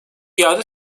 iade